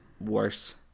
worse